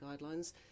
guidelines